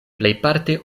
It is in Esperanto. plejparte